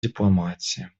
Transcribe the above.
дипломатии